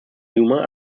yuma